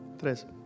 Tres